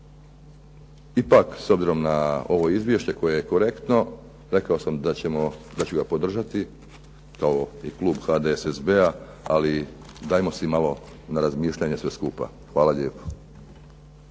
Ipak, s obzirom na ovo izvješće koje je korektno, rekao sam da ću ga podržati kao i klub HDSSB-a, ali dajmo si malo na razmišljanje sve skupa. Hvala lijepo.